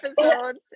episodes